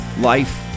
life